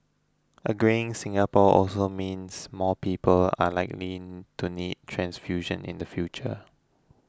a greying Singapore also means more people are likely to need transfusions in the future